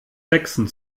jackson